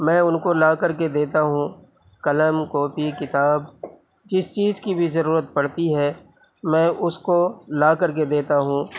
میں ان کو لا کر کے دیتا ہوں قلم کاپی کتاب جس چیز کی بھی ضرورت پڑتی ہے میں اس کو لا کر کے دیتا ہوں